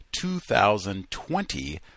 2020